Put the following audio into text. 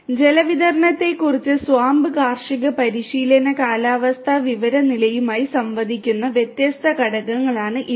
അതിനാൽ ജലവിതരണത്തെക്കുറിച്ച് SWAMP കാർഷിക പരിശീലന കാലാവസ്ഥാ വിവര നിലയുമായി സംവദിക്കുന്ന വ്യത്യസ്ത ഘടകങ്ങളാണ് ഇവ